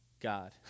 God